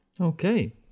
Okay